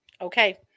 okay